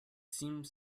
seemed